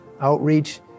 outreach